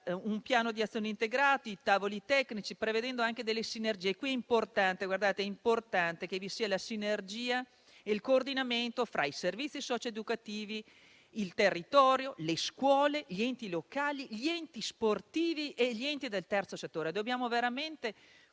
un piano di azione integrato con tavoli tecnici, prevedendo anche delle sinergie. Qui è importante che vi siano sinergia e coordinamento fra i servizi socio educativi, il territorio, le scuole, gli enti locali, gli enti sportivi e gli enti del terzo settore. Dobbiamo veramente